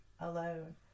alone